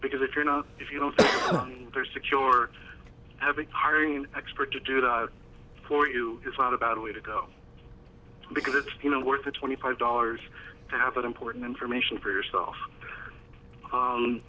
because if you're not if you don't they're secure having hiring expert to do that for you it's not about a way to go because it's worth the twenty five dollars to have an important information for yourself